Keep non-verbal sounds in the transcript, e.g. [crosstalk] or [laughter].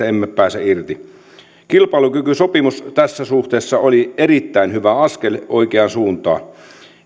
[unintelligible] emme pääse irti nykyisestä velkakierteestä kilpailukykysopimus tässä suhteessa oli erittäin hyvä askel oikeaan suuntaan